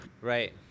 right